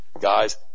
Guys